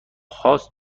هاست